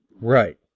Right